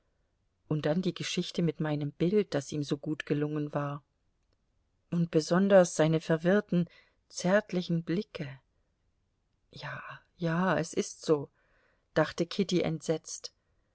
und dann die geschichte mit meinem bild das ihm so gut gelungen war und besonders seine verwirrten zärtlichen blicke ja ja es ist so dachte kitty entsetzt